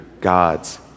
God's